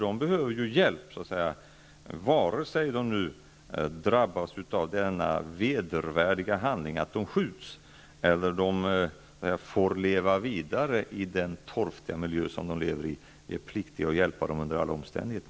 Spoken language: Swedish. De behöver ju hjälp vare sig de drabbas av den vedervärdiga handlingen att de skjuts eller får leva vidare i den torftiga miljö som de lever i. Vi är pliktiga att hjälpa dem under alla omständigheter.